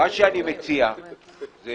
מה שאני מציע זה